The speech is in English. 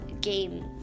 game